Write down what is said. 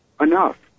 enough